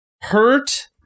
hurt